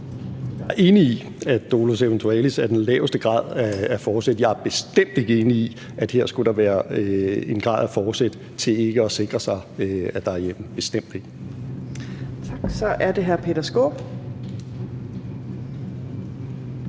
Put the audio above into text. Jeg er enig i, at dolus eventualis er den laveste grad af forsæt. Jeg er bestemt ikke enig i, at der her skulle være en grad af fortsæt til ikke at sikre sig, at der er hjemmel, bestemt ikke. Kl. 15:13 Fjerde